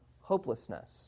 hopelessness